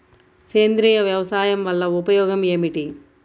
సేంద్రీయ వ్యవసాయం వల్ల ఉపయోగం ఏమిటి?